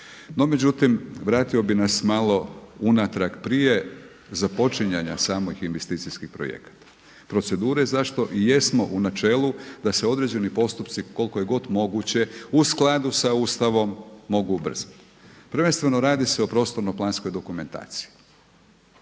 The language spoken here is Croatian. međutim, vratio bih nas malo unatrag prije započinjanja samih investicijskih projekata, procedure zašto i jesmo u načelu da se određeni postupci koliko je god moguće u skladu sa Ustavom mogu ubrzati. Prvenstveno radi se o prostorno planskoj dokumentaciji.